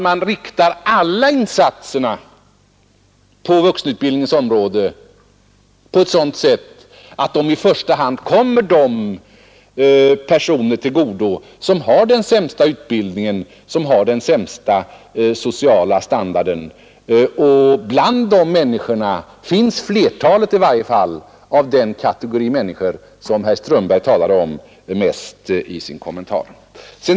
Man inriktar alla insatserna på vuxenutbildningens område på ett sådant sätt att de i första hand kommer de personer till godo som har den sämsta utbildningen och den sämsta sociala standarden. Bland de människorna finns i varje fall flertalet av den kategori människor som herr Strömberg huvudsakligen talade om i sin kommentar.